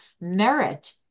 merit